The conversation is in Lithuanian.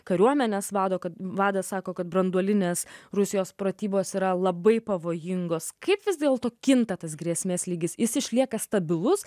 kariuomenės vado kad vadas sako kad branduolinės rusijos pratybos yra labai pavojingos kaip vis dėlto kinta tas grėsmės lygis jis išlieka stabilus